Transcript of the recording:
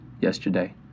yesterday